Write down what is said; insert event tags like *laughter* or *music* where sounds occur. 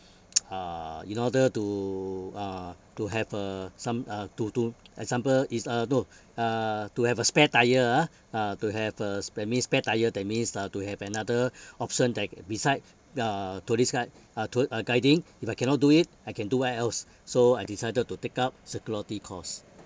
*noise* uh in order to uh to have uh some uh to to example is uh no uh to have a spare tyre ah ah to have a sp~ that means spare tyre that means uh to have another option that beside the tourist guide uh tour uh guiding if I cannot do it I can do what else so I decided to take up security course